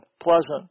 pleasant